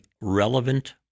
relevant